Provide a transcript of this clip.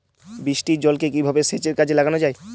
বৃষ্টির জলকে কিভাবে সেচের কাজে লাগানো যায়?